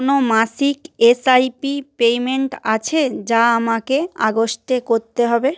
কোনো মাসিক SIP payment আছে যা আমাকে আগস্টে কোত্তে হবে